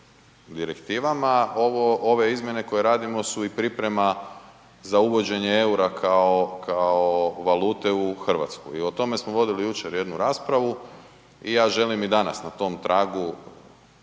direktivama, ove izmjene koje radimo su i priprema za uvođenje eura kao valute u Hrvatskoj i o tome vodili jučer jednu raspravu i ja želim i danas na tom tragu